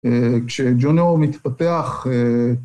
כשג'ון נאו מתפתח...